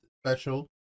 special